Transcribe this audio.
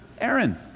Aaron